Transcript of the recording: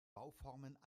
bauformen